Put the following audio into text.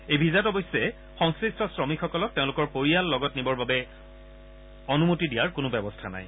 এই ভিছাত অৱশ্যে সংশ্লিষ্ট শ্ৰমিকসকলক তেওঁলোকৰ পৰিয়াল লগত নিবৰ বাবে অনুমতি দিয়াৰ কোনো ব্যৱস্থা নাই